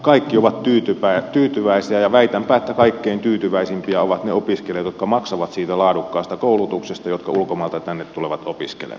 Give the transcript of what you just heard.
kaikki ovat tyytyväisiä ja väitänpä että kaikkein tyytyväisimpiä ovat ne opiskelijat jotka maksavat siitä laadukkaasta koulutuksesta jotka ulkomailta tänne tulevat opiskelemaan